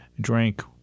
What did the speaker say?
drank